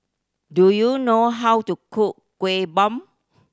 do you know how to cook Kueh Bom